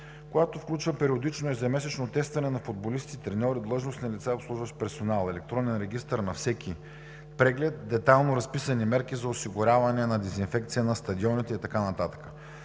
която включва периодично ежемесечно тестване на футболисти, треньори, длъжностни лица, обслужващ персонал, електронен регистър на всеки преглед, детайлно разписани мерки за осигуряване на дезинфекция на стадионите и така